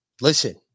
listen